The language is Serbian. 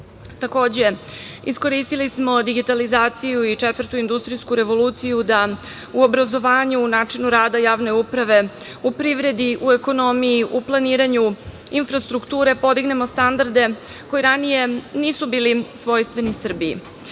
iskoristili smo digitalizaciju i četvrtu industrijsku revoluciju da u obrazovanju, u načinu rada javne uprave, u privredi, u ekonomiji, u planiranju infrastrukture podignemo standarde koji ranije nisu bili svojstveni Srbiji.